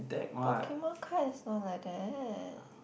Pokemon card is not like that